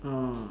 orh